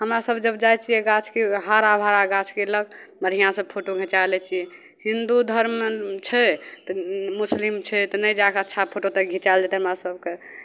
हमरासभ जब जाइ छियै गाछके हरा भरा गाछके लग बढ़िआँसँ फोटो घिचाय लै छियै हिन्दू धर्ममे छै तऽ मुस्लिम छै तऽ नहि जा कऽ अच्छा फोटो तऽ घिचायल जयतै हमरा सभकेँ